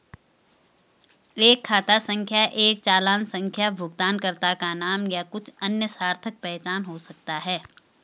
एक खाता संख्या एक चालान संख्या भुगतानकर्ता का नाम या कुछ अन्य सार्थक पहचान हो सकता है